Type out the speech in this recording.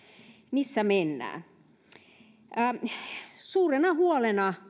missä mennään kuitenkin suurena huolena